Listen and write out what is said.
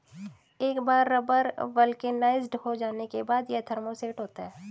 एक बार rubber vulcanized हो जाने के बाद, यह थर्मोसेट होता है